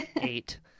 eight